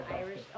Irish